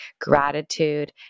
gratitude